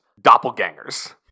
doppelgangers